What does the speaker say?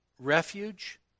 refuge